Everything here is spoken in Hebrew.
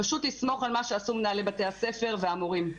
פשוט לסמוך על מה שעשו מנהלי בתי הספר והמורים.